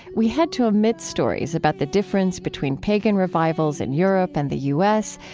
we had to omit stories about the difference between pagan revivals in europe and the u s.